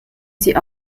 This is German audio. sie